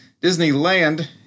disneyland